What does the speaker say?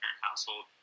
household